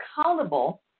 accountable